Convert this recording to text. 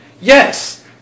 yes